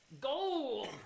Gold